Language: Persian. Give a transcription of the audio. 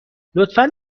لطفا